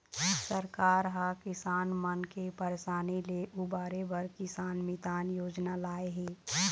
सरकार ह किसान मन के परसानी ले उबारे बर किसान मितान योजना लाए हे